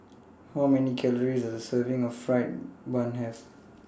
How Many Calories Does A Serving of Fried Bun Have